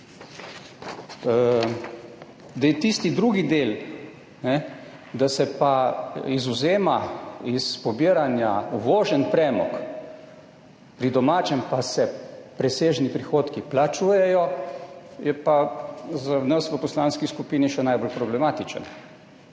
namenjen. Tisti drugi del, da se pa izvzema iz pobiranja uvožen premog, pri domačem pa se presežni prihodki plačujejo, je pa za nas v poslanski skupini še najbolj problematičen.